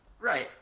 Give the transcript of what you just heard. right